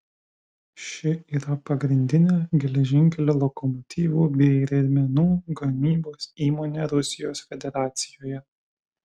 ši yra pagrindinė geležinkelio lokomotyvų bei riedmenų gamybos įmonė rusijos federacijoje